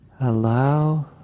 allow